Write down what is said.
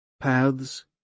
Paths